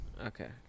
Okay